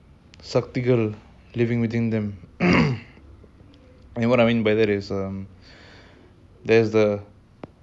human being but deep within there's a very primal